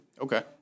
Okay